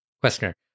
Questioner